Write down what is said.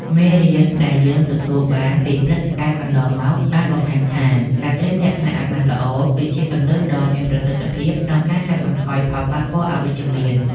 មេរៀនដែលយើងទទួលបានពីព្រឹត្តិការណ៍កន្លងមកបានបង្ហាញថា ការត្រៀមលក្ខណៈឱ្យបានល្អ គឺជាគន្លឹះដ៏មានប្រសិទ្ធភាពក្នុងការកាត់បន្ថយផលប៉ះពាល់អវិជ្ជមាន។